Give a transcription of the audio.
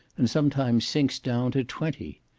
and sometimes sinks down to twenty.